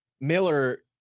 Miller